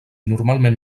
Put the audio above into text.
normalment